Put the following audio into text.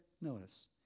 notice